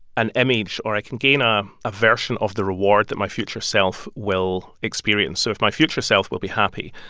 an image, or i can gain a ah version of the reward that my future self will experience. so if my future self will be happy,